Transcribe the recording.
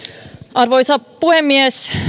arvoisa puhemies